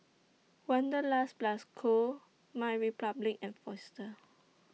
Wanderlust Plus Co MyRepublic and Fossil